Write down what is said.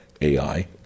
AI